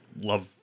love